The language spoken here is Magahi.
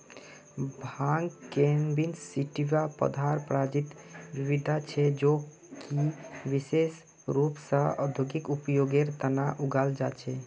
भांग कैनबिस सैटिवा पौधार प्रजातिक विविधता छे जो कि विशेष रूप स औद्योगिक उपयोगेर तना उगाल जा छे